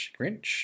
Grinch